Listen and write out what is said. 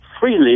freely